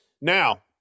Now